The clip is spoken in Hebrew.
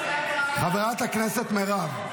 חברת הכנסת מירב.